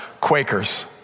Quakers